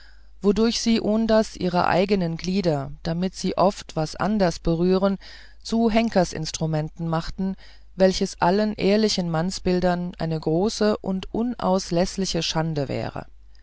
wodurch sie ohndas ihre eigene glieder damit sie oft was anders berührten zu henkersinstrumenten machten welches allen ehrlichen mannsbildern eine große und unausleschliche schande wäre